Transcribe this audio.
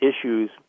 issues